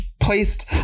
placed